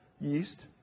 yeast